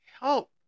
help